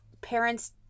parents